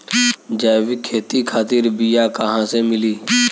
जैविक खेती खातिर बीया कहाँसे मिली?